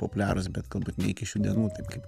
populiarūs bet galbūt ne iki šių dienų taip kaip